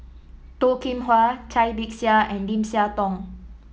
Toh Kim Hwa Cai Bixia and Lim Siah Tong